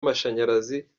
amashanyarazi